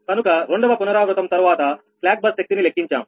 కనుక రెండవ పునరావృతం తరువాత స్లాక్ బస్ శక్తిని లెక్కించాము